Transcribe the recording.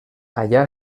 allà